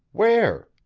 where?